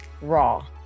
raw